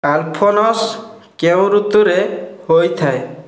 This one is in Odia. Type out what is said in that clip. ଆଲଫୋନସୋ କେଉଁ ଋତୁରେ ହୋଇଥାଏ